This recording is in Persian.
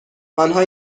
آنها